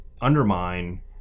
undermine